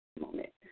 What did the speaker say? moment